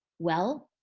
well,